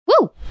Woo